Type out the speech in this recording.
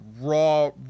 raw